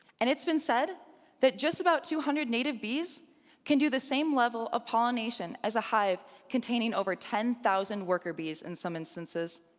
and it's been said that just about two hundred native bees can do the same level of pollination as a hive containing over ten thousand worker bees in some instances.